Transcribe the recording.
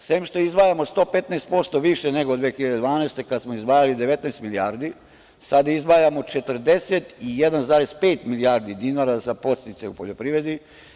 Sem što izdvajamo 115% više nego 2012. godine kada smo izdvajali 19 milijardi, sada izdvajamo 41,5 milijardi dinara za podsticaj u poljoprivredi.